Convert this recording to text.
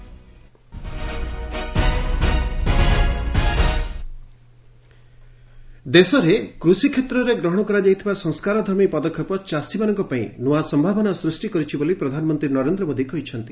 ମନ୍ କୀ ବାତ୍ ଦେଶରେ କୃଷିକ୍ଷେତ୍ରରେ ଗ୍ରହଣ କରାଯାଇଥିବା ସଂସ୍କାରଧର୍ମୀ ପଦକ୍ଷେପ ଚାଷୀମାନଙ୍କ ପାଇଁ ନୃଆ ସମ୍ଭାବନା ସୃଷ୍ଟି କରିଛି ବୋଲି ପ୍ରଧାନମନ୍ତ୍ରୀ ନରେନ୍ଦ୍ର ମୋଦି କହିଛନ୍ତି